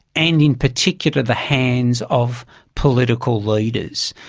and in particular the hands of political leaders.